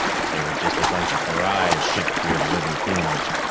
but they were just a bunch of pariahs shipped here to live in peonage.